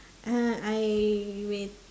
uh I will